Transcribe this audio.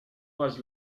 was